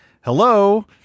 hello